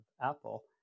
Apple